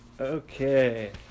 Okay